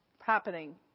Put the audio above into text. happening